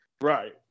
Right